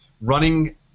running